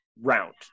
round